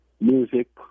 music